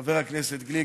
חבר הכנסת גליק,